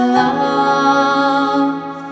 love